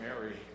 Mary